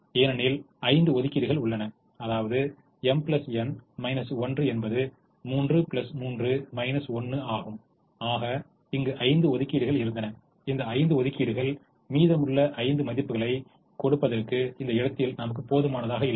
ஏனெனில் ஐந்து ஒதுக்கீடுகள் உள்ளன அதாவது m n 1 என்பது 3 3 1 ஆகும் ஆக இங்கு ஐந்து ஒதுக்கீடுகள் இருந்தன இந்த ஐந்து ஒதுக்கீடுகள் மீதமுள்ள ஐந்து மதிப்புகளைக் கொடுப்பதற்கு இந்த இடத்தில நமக்கு போதுமானதாக இல்லை